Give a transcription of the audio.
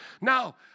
Now